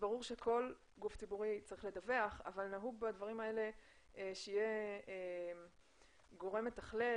ברור שכל גוף ציבורי צריך לדווח אבל נהוג בדברים האלה שיהיה גורם מתכלל,